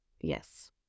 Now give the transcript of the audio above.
Yes